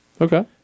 Okay